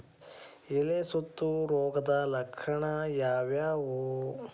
ಎಲೆ ಸುತ್ತು ರೋಗದ ಲಕ್ಷಣ ಯಾವ್ಯಾವ್?